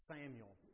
Samuel